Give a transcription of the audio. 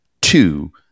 two